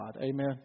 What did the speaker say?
Amen